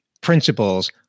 principles